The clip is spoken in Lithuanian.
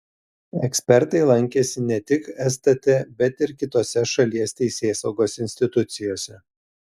ekspertai lankėsi ne tik stt bet ir kitose šalies teisėsaugos institucijose